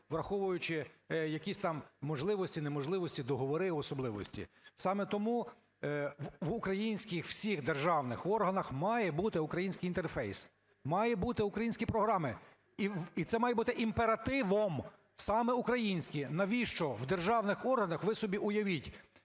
враховуючи якісь там можливості, неможливості, договори, особливості. Саме тому в українських всіх державних органах має бути український інтерфейс, мають бути українські програми. І це має бути імперативом: саме українські. Навіщо в державних органах? Ви собі уявіть,